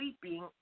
sleeping